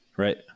right